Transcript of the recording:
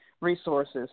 resources